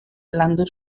landu